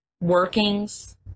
workings